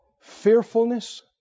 fearfulness